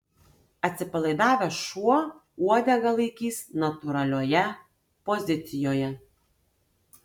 atsipalaidavęs šuo uodegą laikys natūralioje pozicijoje